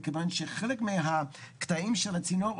מכיוון שחלק מהקטעים של הצינור,